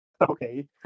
Okay